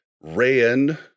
ran